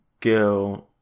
go